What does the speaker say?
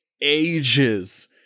ages